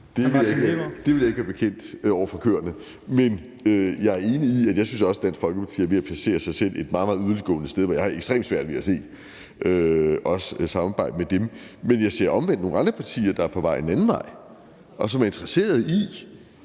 Det ville jeg ikke kunne være bekendt over for køerne. Men jeg er enig i, at Dansk Folkeparti er ved at placere sig selv et meget, meget yderliggående sted, hvor jeg også har ekstremt svært ved at se et samarbejde med dem. Men jeg ser omvendt nogle andre partier, der er på vej i en anden retning, og som faktisk er